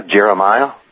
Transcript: Jeremiah